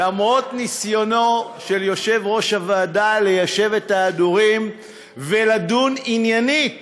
ניסיונו של יושב-ראש הוועדה ליישר את ההדורים ולדון עניינית